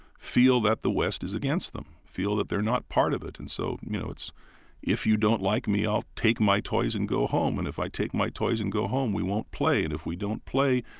feel that the west is against them, feel that they're not part of it. and so, you know, it's if you don't like me, i'll take my toys and go home. and if i take my toys and go home, we won't play. and if we don't play,